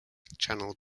channel